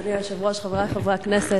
אדוני היושב-ראש, חברי חברי הכנסת,